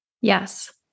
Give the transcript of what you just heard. Yes